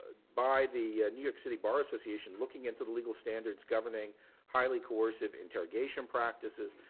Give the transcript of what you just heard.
by the new york city bar association looking into the legal standards governing highly coercive interrogation practices.